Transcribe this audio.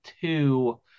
two